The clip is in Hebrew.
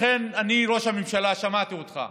לכן, אני, ראש הממשלה, שמעתי אותך.